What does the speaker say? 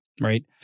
right